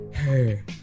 Hey